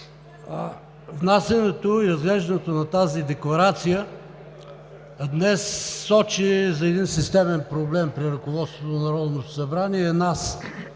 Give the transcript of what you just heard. Внасянето и разглеждането на тази декларация днес сочи за един системен проблем при ръководството на Народното събрание